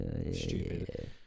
stupid